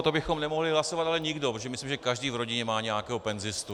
To bychom nemohli hlasovat ale nikdo, protože myslím, že každý v rodině má nějakého penzistu.